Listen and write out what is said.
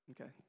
Okay